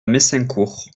messincourt